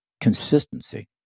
consistency